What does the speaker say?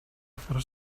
fer